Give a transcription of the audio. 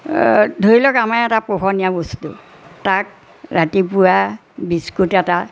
ধৰি লওক আমাৰ এটা পোহনীয়া বস্তু তাক ৰাতিপুৱা বিস্কুট এটা